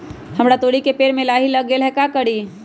हमरा तोरी के पेड़ में लाही लग गेल है का करी?